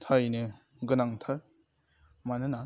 थारैनो गोनांथार मानोना